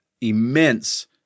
immense